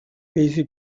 pesi